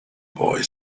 boy